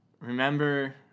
remember